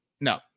no